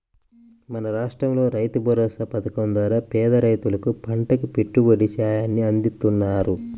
మన రాష్టంలో రైతుభరోసా పథకం ద్వారా పేద రైతులకు పంటకి పెట్టుబడి సాయాన్ని అందిత్తన్నారు